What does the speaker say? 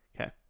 Okay